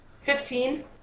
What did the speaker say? Fifteen